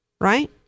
Right